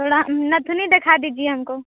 थोड़ा नथुनी दिखा दीजिए हमको